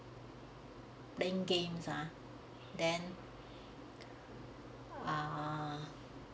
playing games ah then ah